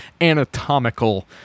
anatomical